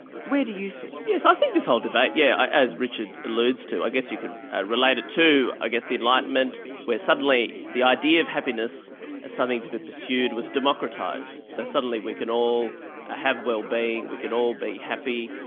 where do you sit? yes, i think this whole debate, yeah, as richard alludes to, i guess you could relate it to, i guess, the enlightenment, where suddenly the idea of happiness as something to be pursued was democratised. so suddenly we can all ah have wellbeing, we can all be happy.